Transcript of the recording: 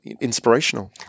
inspirational